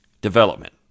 development